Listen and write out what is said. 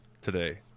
today